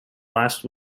last